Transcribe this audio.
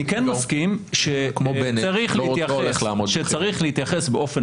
אני כן מסכים שצריך להתייחס באופן